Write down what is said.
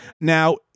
Now